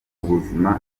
ubuzima